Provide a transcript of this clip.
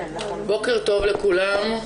בוקר טוב לכולם,